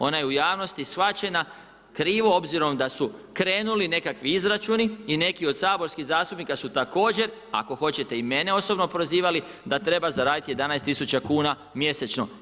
Ona je u javnosti shvaćena krivo obzirom da su krenuli nekakvi izračuni i neki od saborskih zastupnika su također ako hoćete i mene osobno prozivali, da treba zaraditi 11 000 kuna mjesečno.